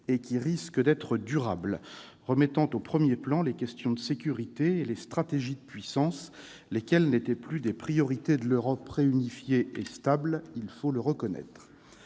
de l'être de manière durable -, qui remet au premier plan les questions de sécurité et les stratégies de puissance, lesquelles n'étaient plus des priorités pour une Europe réunifiée et stable- il faut bien le reconnaître.